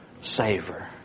savor